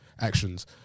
actions